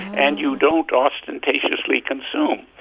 and you don't ostentatiously consume.